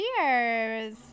cheers